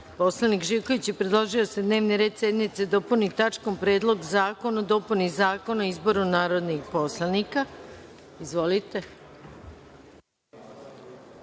Zoran Živković je predložio da se Dnevni red sednice dopuni tačkom – Predlog zakona o dopuni Zakona o izboru narodnih poslanika. Izvolite.